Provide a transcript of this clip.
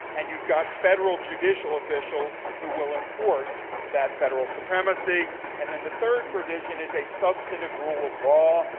and you've got federal judicial officials who will enforce that federal supremacy. and then the third provision is a substantive rule of law.